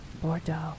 Bordeaux